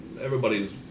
everybody's